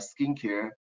skincare